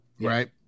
right